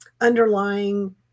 underlying